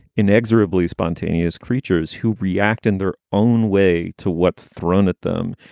inexorably spontaneous creatures who react in their own way to what's thrown at them.